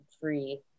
Free